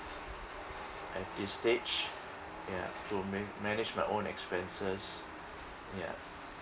at this stage ya so ma~ manage my own expenses ya